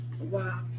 wow